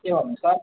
के भन्नुहोस् त